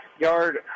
yard